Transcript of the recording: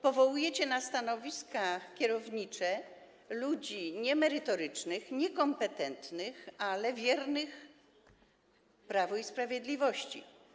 Powołujecie na stanowiska kierownicze ludzi niemerytorycznych, niekompetentnych, ale wiernych Prawu i Sprawiedliwości.